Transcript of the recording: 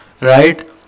right